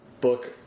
book